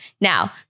Now